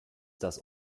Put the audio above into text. das